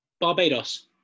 Barbados